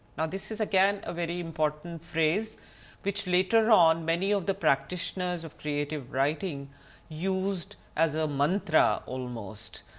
now this is again a very important phrase which later on many of the practitioners of creative writing used as a mantra almost.